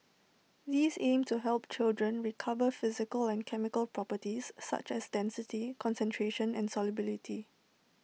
these aim to help children discover physical and chemical properties such as density concentration and solubility